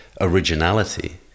originality